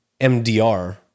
MDR